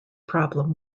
problem